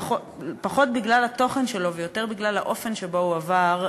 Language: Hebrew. פחות בגלל התוכן שלו ויותר בגלל האופן שבו הוא עבר,